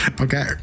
okay